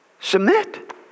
Submit